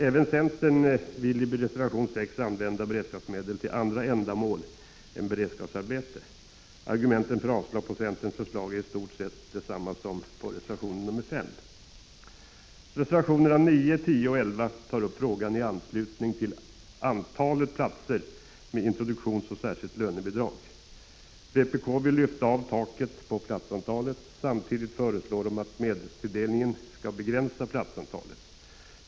Även centern vill i reservation 6 använda beredskapsmedel till andra ändamål än beredskapsarbete. Argumenten för avslag på centerns förslag är i stort sett desamma som för avslag på reservation 5. platsantalet. Samtidigt föreslår de att medelstilldelningen skall begränsa antalet platser.